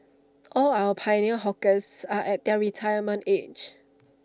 all our pioneer hawkers are at their retirement age